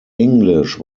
english